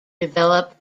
develop